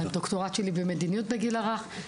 הדוקטורט שלי הוא במדיניות בגיל הרך.